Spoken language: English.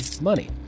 money